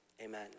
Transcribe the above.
amen